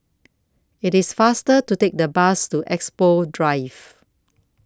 IT IS faster to Take The Bus to Expo Drive